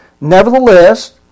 Nevertheless